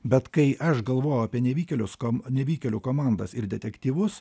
bet kai aš galvojau apie nevykėlius nevykėlių komandas ir detektyvus